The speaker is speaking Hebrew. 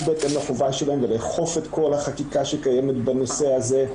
בהתאם לחובה שלהם ולאכוף את כל החקיקה שקיימת בנושא הזה.